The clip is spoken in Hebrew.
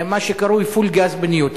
מה שקרוי "פול גז בניוטרל",